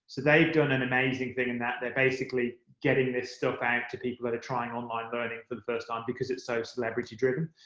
so they've done an amazing thing in that they're basically getting this stuff out to people that are trying online learning for the first time um because it's so celebrity-driven.